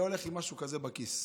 היה הולך עם משהו כזה בכיס,